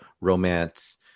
romance